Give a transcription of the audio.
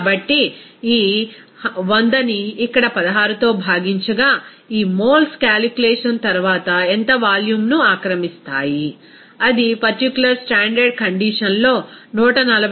కాబట్టి ఈ 100ని ఇక్కడ 16తో భాగించగా ఈ మోల్స్ క్యాలిక్యులేషన్ తర్వాత ఎంత వాల్యూమ్ను ఆక్రమిస్తాయి అది పర్టిక్యూలర్ స్టాండర్డ్ కండిషన్ లో 140